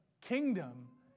Kingdom